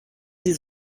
sie